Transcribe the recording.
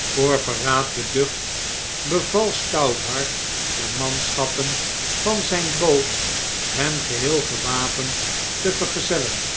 voor verraad beducht bevai stouthart demanschappen van zgn boot hem geheel gewapend te vergezellen